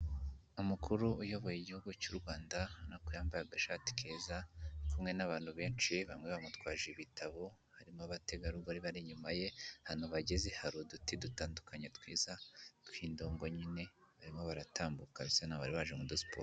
Umukuru uyoboye igihugu cy'u Rwanda, urabona ko yambaye agashati keza, ari kumwe n'abantu benshi, bamwe bamutwaje ibitabo, harimo abategarugori bari inyuma ye, ahantu bageze hari uduti dutandukanye twiza tw'indongo nyine, barimo baratambuka bisa nk'aho bari baje mu du siporo.